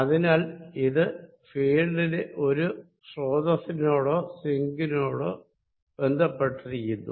അതിനാൽ ഇത് ഫീൽഡിലെ ഒരു സോഴ്സ്നോടൊ സിങ്കിനോടൊ ബന്ധപ്പെട്ടിരിക്കുന്നു